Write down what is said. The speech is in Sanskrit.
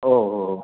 ओहोहो